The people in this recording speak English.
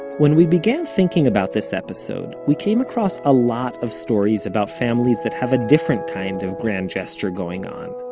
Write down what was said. when we began thinking about this episode, we came across a lot of stories about families that have a different kind of grand gesture going on.